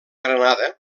granada